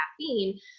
caffeine